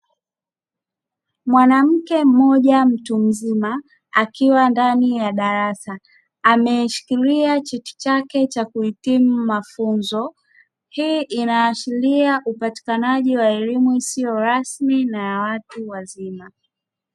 Mwanamke mmoja mtu mzima akiwa ndani ya darasa ameshikilia cheti chake cha kuhitimu mafunzo, hii inaashiria upatikanaji wa elimu isiyo rasmi na ya watu wazima.